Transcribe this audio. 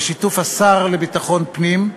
בשיתוף השר לביטחון פנים,